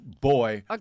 boy